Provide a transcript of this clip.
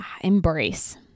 embrace